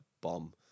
bomb